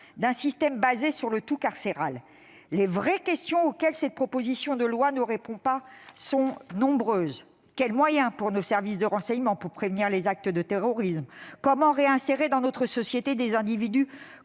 d'un système basé sur le tout carcéral. Les vraies questions auxquelles cette proposition de loi ne répond pas sont nombreuses : quels moyens pour nos services de renseignements pour prévenir les actes de terrorisme ? Comment réinsérer dans notre société des individus